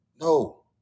No